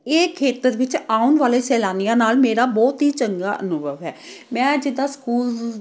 ਇਹ ਖੇਤਰ ਵਿੱਚ ਆਉਣ ਵਾਲੇ ਸੈਲਾਨੀਆਂ ਨਾਲ ਮੇਰਾ ਬਹੁਤ ਹੀ ਚੰਗਾ ਅਨੁਭਵ ਹੈ ਮੈਂ ਜਿੱਦਾਂ ਸਕੂਲ